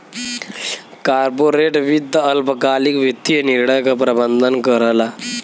corporate वित्त अल्पकालिक वित्तीय निर्णय क प्रबंधन करला